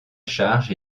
charge